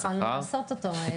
זה משהו שהתחלנו לעשות אותו.